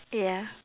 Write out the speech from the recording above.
ya